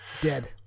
Dead